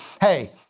hey